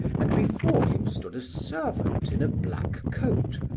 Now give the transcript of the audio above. and before him stood a servant in a black coat,